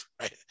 right